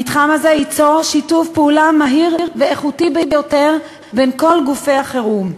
המתחם הזה ייצור שיתוף פעולה מהיר ואיכותי ביותר בין כל גופי החירום.